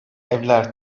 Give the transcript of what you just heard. evler